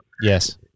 Yes